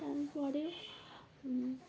ফম pay